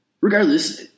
Regardless